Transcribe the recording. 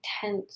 tense